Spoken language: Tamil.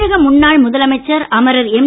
தமிழக முன்னாள் முதலமைச்சர் அமரர் எம்